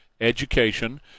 education